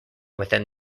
within